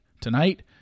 tonight